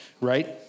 right